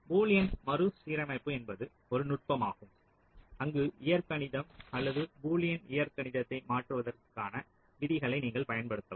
Boolean மறுசீரமைப்பு என்பது ஒரு நுட்பமாகும் அங்கு இயற்கணிதம் அல்லது பூலியன் இயற்கணிதத்தை மாற்றுவதற்கான விதிகளை நீங்கள் பயன்படுத்தலாம்